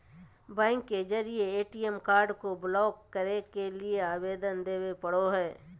bank के जरिए ATM card को ब्लॉक करे के लिए आवेदन देबे पड़ो हइ